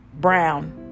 brown